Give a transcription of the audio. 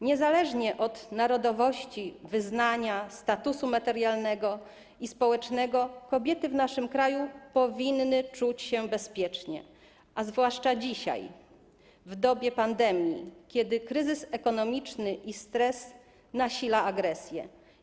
Niezależnie od narodowości, wyznania, statusu materialnego i społecznego kobiety w naszym kraju powinny czuć się bezpiecznie, a zwłaszcza dzisiaj, w dobie pandemii, kiedy kryzys ekonomiczny i stres nasilają agresję.